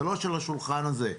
זה לא של השולחן הזה.